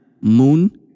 moon